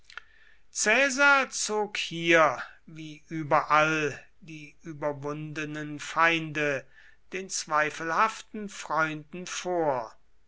zog hier wie überall die überwundenen feinde den zweifelhaften freunden vor